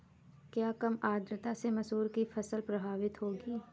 क्या कम आर्द्रता से मसूर की फसल प्रभावित होगी?